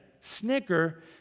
snicker